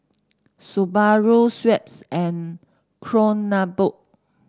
Subaru Schweppes and Kronenbourg